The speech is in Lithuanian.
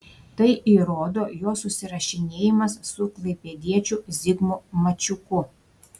tai įrodo jo susirašinėjimas su klaipėdiečiu zigmu mačiuku